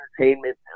entertainment